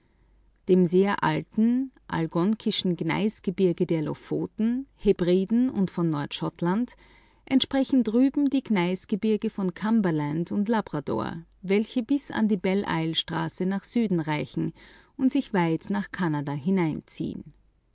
dem sehr alten algonkischen gneisgebirge der hebriden und nordschottlands entsprechen drüben die gneisgebirge von labrador welche bis an die belle islestraße nach süden reichen und sich weit nach kanada